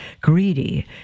greedy